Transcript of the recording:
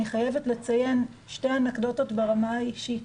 אני חייבת לציין שתי אנקדוטות ברמה האישית.